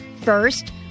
First